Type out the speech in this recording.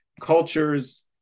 cultures